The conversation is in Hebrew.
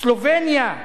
סלובניה,